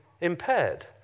impaired